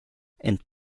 ent